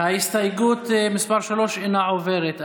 הסתייגות מס' 2 אינה מתקבלת.